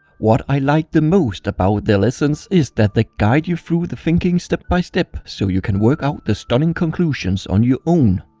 what i like the most about their lessons is that they guide you through the thinking step by step so you can work out the stunning conclusions on your own.